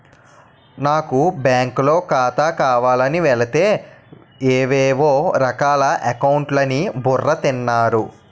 నాకు బాంకులో ఖాతా కావాలని వెలితే ఏవేవో రకాల అకౌంట్లు అని బుర్ర తిన్నారు